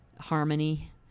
harmony